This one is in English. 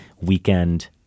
weekend